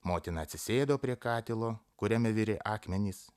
motina atsisėdo prie katilo kuriame virė akmenys